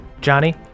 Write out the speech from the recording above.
johnny